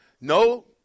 No